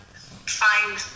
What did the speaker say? find